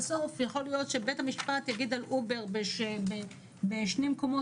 בסוף יוכל להיות שבית המשפט יגיד על אובר שבשני מקומות